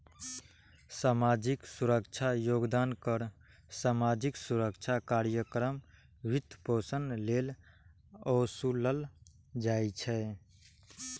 सामाजिक सुरक्षा योगदान कर सामाजिक सुरक्षा कार्यक्रमक वित्तपोषण लेल ओसूलल जाइ छै